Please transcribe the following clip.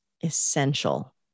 essential